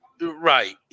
right